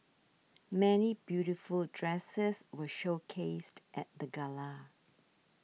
many beautiful dresses were showcased at the gala